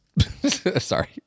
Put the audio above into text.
sorry